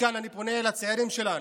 מכאן אני פונה לצעירים שלנו,